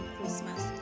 Christmas